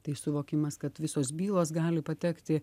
tai suvokimas kad visos bylos gali patekti